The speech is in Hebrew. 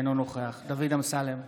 אינו נוכח דוד אמסלם,